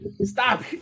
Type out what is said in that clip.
stop